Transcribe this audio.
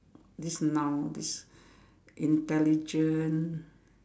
this noun this intelligent